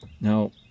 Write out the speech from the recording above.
Now